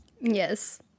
Yes